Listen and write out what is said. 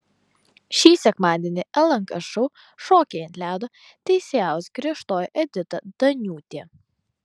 šį sekmadienį lnk šou šokiai ant ledo teisėjaus griežtoji edita daniūtė